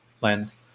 lens